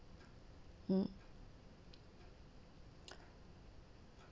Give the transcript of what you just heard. mm